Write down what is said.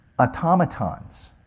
automatons